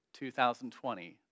2020